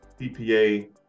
PPA